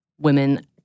women